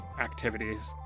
activities